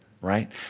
right